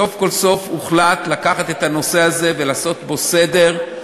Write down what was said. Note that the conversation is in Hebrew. סוף כל סוף הוחלט לקחת את הנושא הזה ולעשות בו סדר,